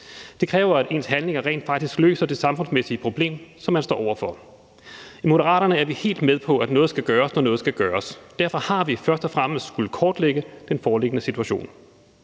Det kræver, at ens handlinger rent faktisk løser det samfundsmæssige problem, som man står over for. I Moderaterne er vi helt med på, at noget skal gøres, når noget skal gøres. Derfor har vi først og fremmest skullet kortlægge den foreliggende situation.